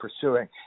pursuing